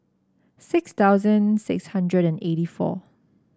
six thousand eight hundred and eighty four